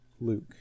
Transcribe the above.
Luke